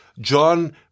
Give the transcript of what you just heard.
John